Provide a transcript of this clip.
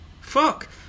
fuck